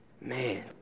man